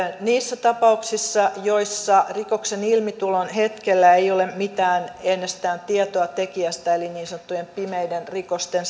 niissä tapauksissa joissa rikoksen ilmitulon hetkellä ei ole ennestään mitään tietoa tekijästä eli niin sanottujen pimeiden rikosten